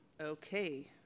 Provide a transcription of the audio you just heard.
Okay